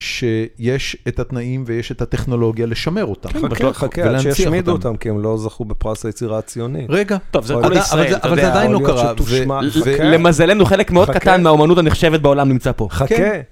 שיש את התנאים ויש את הטכנולוגיה לשמר אותם. כן, בטוח, חכה עד שישמידו אותם, כי הם לא זכו בפרס היצירה הציונית. רגע, טוב, זה עדיין לא קרה, למזלנו חלק מאוד קטן מהאומנות הנחשבת בעולם נמצא פה. חכה.